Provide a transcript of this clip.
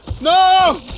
No